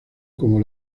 como